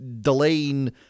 delaying